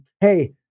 Hey